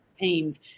teams